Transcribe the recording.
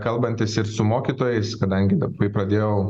kalbantis ir su mokytojais kadangi dab kai pradėjau